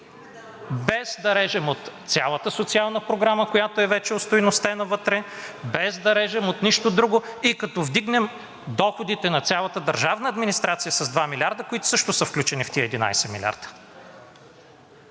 без да режем от цялата социална програма, която е вече остойностена вътре, без да режем от нищо друго, и като вдигнем доходите на цялата държавна администрация с 2 милиарда, които също са включени в тези 11 милиарда.